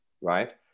Right